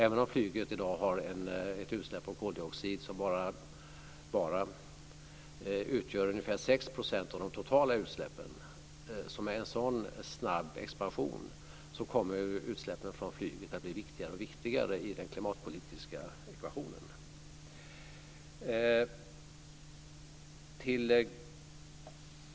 Även om flyget i dag har ett utsläpp av koldioxid som "bara" utgör ungefär 6 % av de totala utsläppen kommer utsläppen från flyget med en så snabb expansion att bli viktigare och viktigare i den klimatpolitiska ekvationen.